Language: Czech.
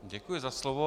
Děkuji za slovo.